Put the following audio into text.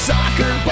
Soccer